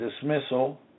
dismissal